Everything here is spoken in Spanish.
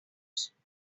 solís